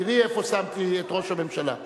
תראי איפה שמתי את ראש הממשלה.